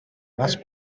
must